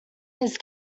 his